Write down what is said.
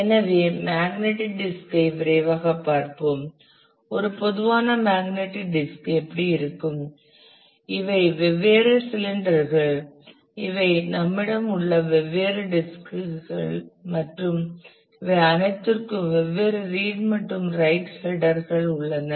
எனவே magnetic disk ஐ விரைவாகப் பார்ப்போம் ஒரு பொதுவான மேக்னடிக் டிஸ்க் எப்படி இருக்கும் இவை வெவ்வேறு சிலிண்டர்கள் இவை நம்மிடம் உள்ள வெவ்வேறு டிஸ்க்குகள் மற்றும் இவை அனைத்திற்கும் வெவ்வேறு ரீட் மற்றும் ரைட் ஹெட்டர் உள்ளன